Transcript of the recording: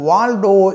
Waldo